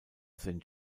saint